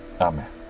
Amen